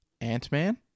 Ant-Man